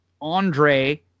Andre